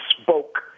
spoke